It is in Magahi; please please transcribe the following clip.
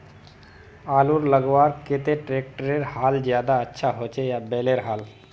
आलूर लगवार केते ट्रैक्टरेर हाल ज्यादा अच्छा होचे या बैलेर हाल?